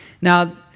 Now